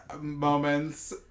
moments